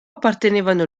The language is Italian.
appartenevano